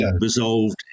resolved